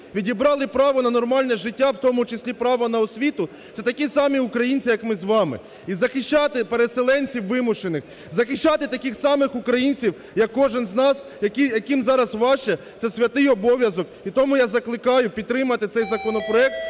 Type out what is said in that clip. відібрали право на нормальне життя в тому числі право на освіту - це такі самі українці як ми з вами. І захищати переселенців вимушених, захищати таких самих українців, як кожен з нас, яким зараз важче, це святий обов'язок. І тому я закликаю підтримати цей законопроект,